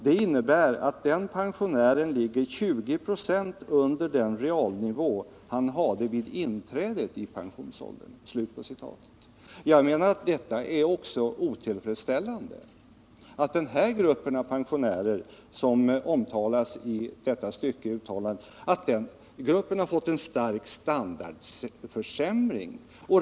Det innebär att den pensionären ligger 20 96 under den realnivå han hade vid inträdet i pensionsåldern.” Jag menar att detta är otillfredsställande, att den gruppen av pensionärer som omtalas i detta uttalande har fått en stark standardförsämring.